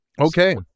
Okay